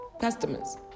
customers